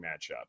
matchup